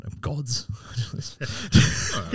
gods